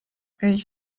ich